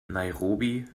nairobi